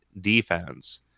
defense